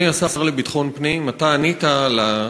תודה לך,